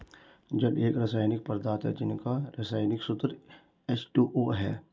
जल एक रसायनिक पदार्थ है जिसका रसायनिक सूत्र एच.टू.ओ है